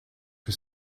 que